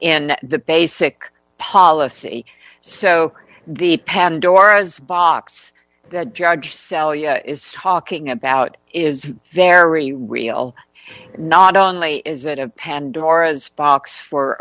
in the basic policy so the pandora's box that judge cellier is talking about is very real not only is it a pandora's box for